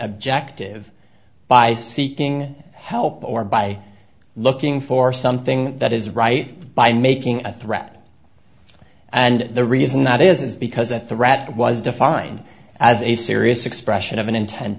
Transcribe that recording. objective by seeking help or by looking for something that is right by making a threat and the reason that is is because a threat was defined as a serious expression of an inten